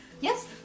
Yes